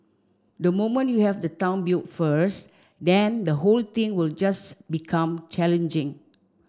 the moment you have the town built first then the whole thing will just become challenging